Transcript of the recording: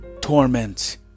torment